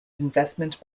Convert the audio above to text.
investment